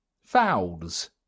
Fouls